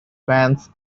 fans